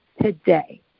today